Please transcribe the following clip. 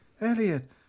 Elliot